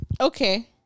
Okay